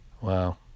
wow